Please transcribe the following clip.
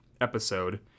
episode